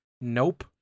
Nope